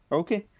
okay